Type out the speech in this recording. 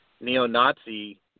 neo-Nazi